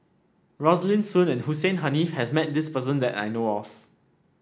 Rosaline Soon and Hussein Haniff has met this person that I know of